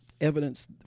evidence